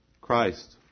Christ